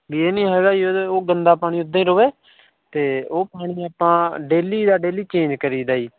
ਇਹ ਨਹੀਂ ਹੈਗਾ ਜੀ ਉਹਦਾ ਉਹ ਗੰਦਾ ਪਾਣੀ ਉੱਦਾਂ ਹੀ ਰਹੇ ਅਤੇ ਉਹ ਪਾਣੀ ਆਪਾਂ ਡੇਲੀ ਦਾ ਡੇਲੀ ਚੇਂਜ ਕਰੀਦਾ ਜੀ